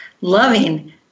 loving